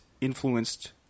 influenced